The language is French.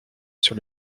sur